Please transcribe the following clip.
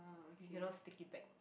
you cannot stick it back